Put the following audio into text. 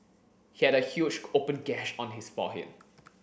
he had a huge open gash on his forehead